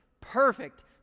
perfect